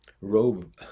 robe